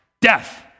death